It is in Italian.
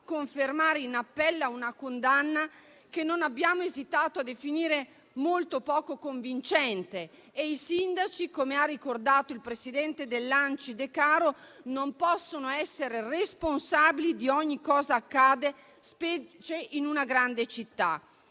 confermare in appello una condanna che non abbiamo esitato a definire molto poco convincente e i sindaci - come ha ricordato il presidente dell'ANCI Decaro - non possono essere responsabili di ogni cosa accade, specialmente in una grande città.